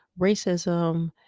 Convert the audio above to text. racism